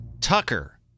Tucker